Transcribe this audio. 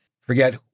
forget